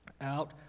out